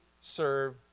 serve